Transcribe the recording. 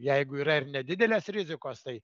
jeigu yra ir nedidelės rizikos tai